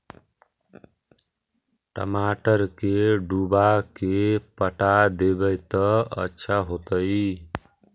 टमाटर के डुबा के पटा देबै त अच्छा होतई?